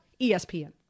ESPN